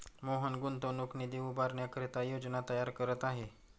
मोहन गुंतवणूक निधी उभारण्याकरिता योजना तयार करत आहे